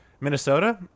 Minnesota